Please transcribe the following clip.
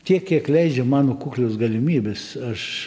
tiek kiek leidžia mano kuklios galimybės aš